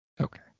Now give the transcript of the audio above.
Okay